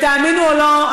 ותאמינו או לא,